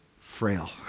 frail